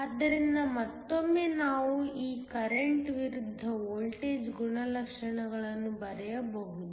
ಆದ್ದರಿಂದ ಮತ್ತೊಮ್ಮೆ ನಾವು ಈ ಕರೆಂಟ್ ವಿರುದ್ಧ ವೋಲ್ಟೇಜ್ ಗುಣಲಕ್ಷಣಗಳನ್ನು ಬರೆಯಬಹುದು